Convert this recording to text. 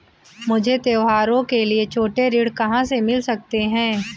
मुझे त्योहारों के लिए छोटे ऋृण कहां से मिल सकते हैं?